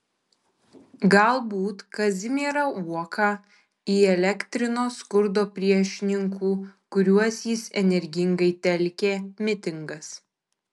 galbūt kazimierą uoką įelektrino skurdo priešininkų kuriuos jis energingai telkė mitingas